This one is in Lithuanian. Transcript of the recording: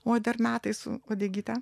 oi dar metai su uodegyte